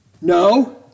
no